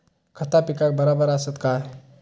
खता पिकाक बराबर आसत काय?